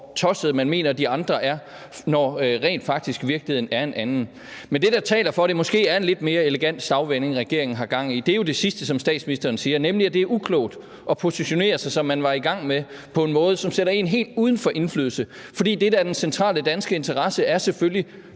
hvor tossede man mener de andre er, når virkeligheden rent faktisk er en anden. Men det, der taler for, at det måske er en lidt mere elegant stagvending, regeringen har gang i, ligger i det sidste, som statsministeren siger, nemlig at det er uklogt at positionere sig, som man var i gang med, på en måde, som sætter en helt uden for indflydelse. For det, der er den centrale danske interesse, er selvfølgelig,